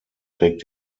trägt